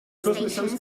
stations